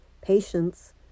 patience